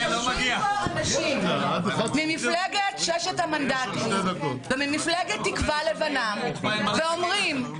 יושבים פה אנשים מפלגת ששת המנדטים וממפלגת תקווה לבנה ואומרים